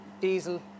diesel